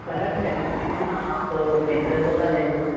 colour category है ना आप फ़ीचर्स बता दीजिए